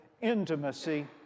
intimacy